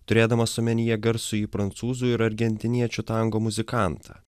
turėdamas omenyje garsųjį prancūzų ir argentiniečių tango muzikantą